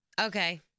Okay